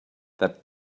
that